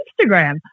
Instagram